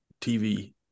TV